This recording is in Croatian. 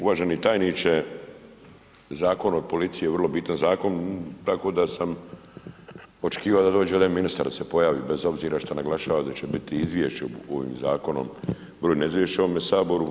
Uvaženi tajniče, Zakon o policiji je vrlo bitan zakon tako da sam očekivao da dođe ministar, da se pojavi, bez obzira što naglašava da će biti izvješće ovim zakonom, ... izvješće ovome Saboru.